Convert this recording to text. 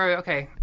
okay.